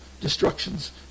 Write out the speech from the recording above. destructions